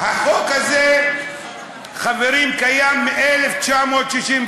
החוק הזה, חברים, קיים מ-1961.